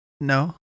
No